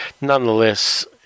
Nonetheless